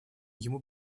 ему